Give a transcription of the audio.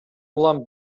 улам